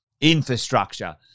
infrastructure